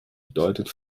bedeutet